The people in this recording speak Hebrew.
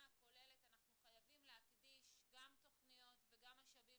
הכוללת אנחנו חייבים להקדיש גם תכניות וגם משאבים